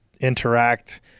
interact